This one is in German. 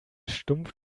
stumpf